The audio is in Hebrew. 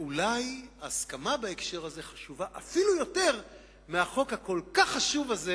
ואולי הסכמה בהקשר הזה חשובה אפילו יותר מהחוק הכל-כך חשוב הזה,